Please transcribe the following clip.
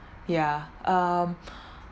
yeah um